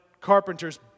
carpenters